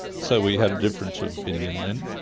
so we had a difference of opinion then,